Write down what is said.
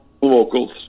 vocals